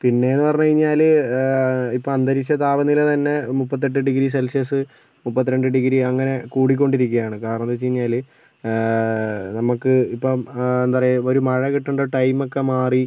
പിന്നേന്ന് പറഞ്ഞ് കഴിഞ്ഞാല് ഇപ്പോൾ അന്തരീക്ഷ താപനില തന്നെ മുപ്പത്തിഎട്ട് ഡിഗ്രി സെൽഷ്യസ് മുപ്പത്തിരണ്ട് ഡിഗ്രി അങ്ങനെ കൂടിക്കൊണ്ടിരിക്കുകയാണ് കാരണമെന്ന് വെച്ച് കഴിഞ്ഞാല് നമുക്ക് ഇപ്പം എന്താ പറയുക ഒരു മഴ കിട്ടേണ്ട ടൈം ഒക്കെ മാറി